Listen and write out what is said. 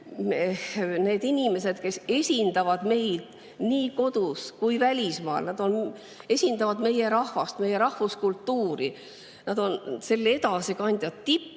inimestesse, kes esindavad meid nii kodus kui ka välismaal, nad esindavad meie rahvast, meie rahvuskultuuri, nad on selle edasikandjad,